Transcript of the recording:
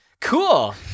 cool